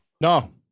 no